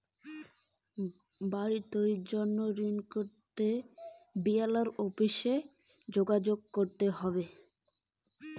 বাড়ি তৈরির জন্য ঋণ করতে চাই কোথায় যোগাযোগ করবো?